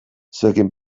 zuekin